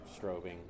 strobing